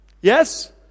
Yes